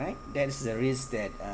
all right that is the risk that uh